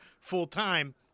full-time